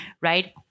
right